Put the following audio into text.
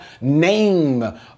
name